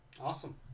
Awesome